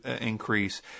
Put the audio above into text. increase